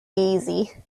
easy